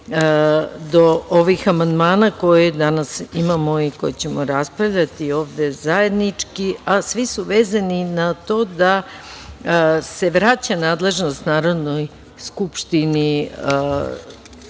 do ovih amandmana koje danas imamo i o kojima ćemo raspravljati ovde zajednički, a svi su vezani na to da se vraća nadležnost Narodnoj skupštini,